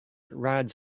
rides